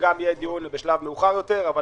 יהיה דיון בשלב מאוחר יותר אבל